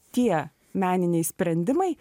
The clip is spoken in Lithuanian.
tie meniniai sprendimai